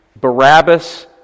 Barabbas